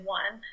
one